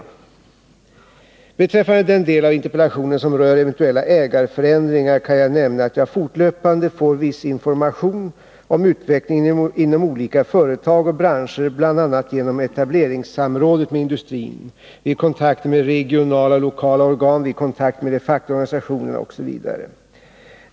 Beträffande den del av interpellationen som rör eventuella ägarförändringar kan jag nämna att jag fortlöpande får viss information om utvecklingen inom olika företag och branscher, bl.a. genom etableringssamrådet med industrin, vid kontakter med regionala och lokala organ, vid kontakter med de fackliga organisationerna osv.